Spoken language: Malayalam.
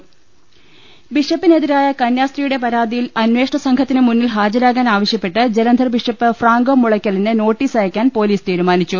ൾ ൽ ൾ ബിഷപ്പിനെതിരായ കന്യാസ്ത്രീയുടെ പരാതിയിൽ അന്വേഷണ സംഘത്തിന് മുന്നിൽ ഹാജരാകാൻ ആവശ്യപ്പെട്ട് ജലന്ധർ ബിഷപ്പ് ഫ്രാങ്കോ മുളയ്ക്കലിന് നോട്ടീസ് അയക്കാൻ പൊലീസ് തീരുമാനിച്ചു